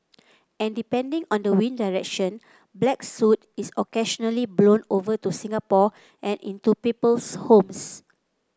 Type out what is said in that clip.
and depending on the wind direction black soot is occasionally blown over to Singapore and into people's homes